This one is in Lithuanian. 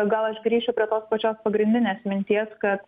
gal aš grįšiu prie tos pačios pagrindinės minties kad